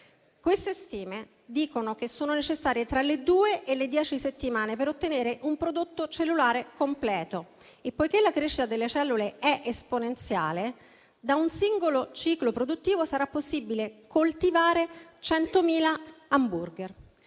Tali stime dicono che sono necessarie tra le due e le dieci settimane per ottenere un prodotto cellulare completo e, poiché la crescita delle cellule è esponenziale, da un singolo ciclo produttivo sarà possibile coltivare 100.000 *hamburger*.